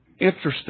Interesting